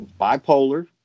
Bipolar